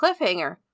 cliffhanger